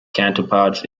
counterparts